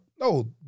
No